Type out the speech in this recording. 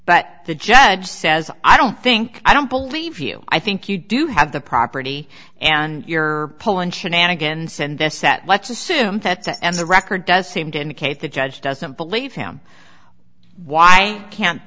but the judge says i don't think i don't believe you i think you do have the property and you're pullin shenanigans and this set let's assume that's and the record does seem to indicate the judge doesn't believe him why can't